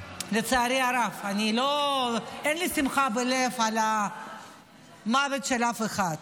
לצערי הרב, אין לי שמחה בלב על המוות של אף אחד,